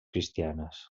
cristianes